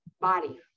body